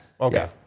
okay